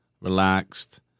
relaxed